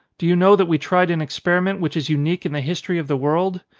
do you know that we tried an experiment which is unique in the history of the world?